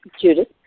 Judith